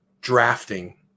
drafting